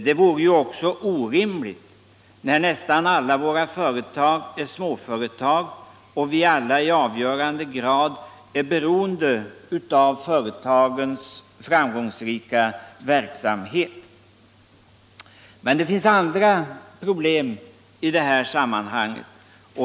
Det vore ju också orimligt, när nästan alla våra företag är småföretag och vi alla i avgörande grad är beroende av företagens framgångsrika verksamhet. Men det finns andra problem i det här sammanhanget.